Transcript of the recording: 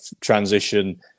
transition